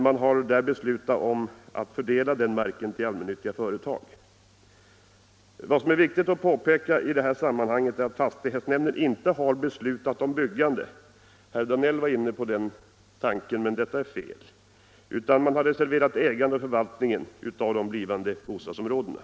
Man har beslutat att fördela den marken till allmännyttiga företag. Det är i detta sammanhang viktigt att påpeka att fastighetsnämnden inte har beslutat om byggande. Herr Danell var inne på tanken att så skulle vara fallet, men det är fel. Man har reserverat ägande och för valtning av de blivande bostadsområdena.